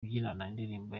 indirimbo